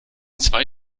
zwei